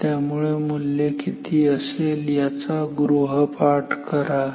त्यामुळे मूल्य किती असेल याचा गृहपाठ करा